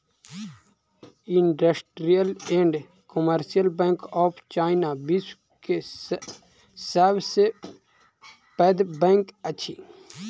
industrial and commercial bank of China, विश्व के सब सॅ पैघ बैंक अछि